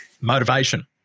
motivation